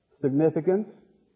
Significance